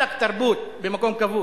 עלק תרבות במקום כבוש.